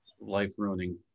life-ruining